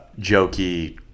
jokey